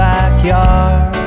backyard